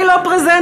אני לא פרזנטורית.